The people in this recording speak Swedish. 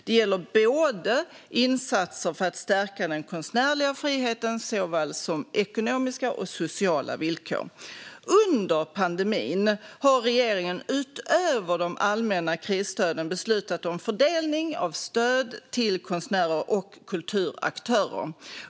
Det gäller insatser för att stärka den konstnärliga friheten och ekonomiska och sociala villkor. Under pandemin har regeringen utöver de allmänna krisstöden beslutat om fördelning av stöd till konstnärer och kulturaktörer.